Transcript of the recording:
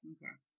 Okay